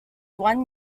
one